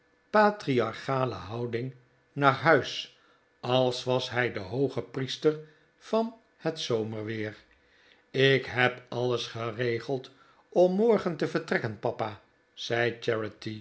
patriarchale houding naar huis als was hij de hoogepriester van het zomerweer lk heb alles geregeld om morgen te vertrekken papa zei